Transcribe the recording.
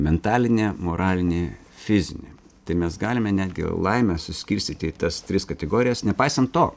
mentalinė moralinė fizinė tai mes galime netgi laimę suskirstyti į tas tris kategorijas nepaisant to